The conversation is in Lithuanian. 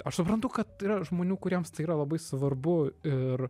aš suprantu kad yra žmonių kuriems tai yra labai svarbu ir